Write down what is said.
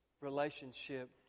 relationship